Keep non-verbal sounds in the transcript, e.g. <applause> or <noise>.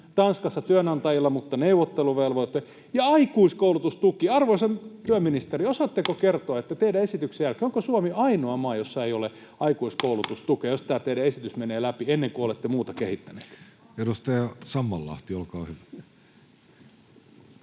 Tanskassa työnantajilla mutta neuvotteluvelvoite. Ja aikuiskoulutustuki — arvoisa työministeri, <noise> osaatteko kertoa, onko teidän esityksen jälkeen Suomi ainoa maa, jossa ei ole aikuiskoulutustukea, <noise> jos tämä teidän esityksenne menee läpi ennen kuin olette muuta kehittäneet? Edustaja Sammallahti, olkaa hyvä.